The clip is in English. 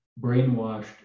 brainwashed